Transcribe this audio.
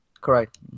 Correct